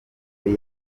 yari